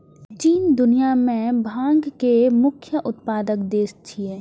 चीन दुनिया मे भांग के मुख्य उत्पादक देश छियै